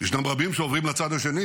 ישנם רבים שעוברים לצד השני.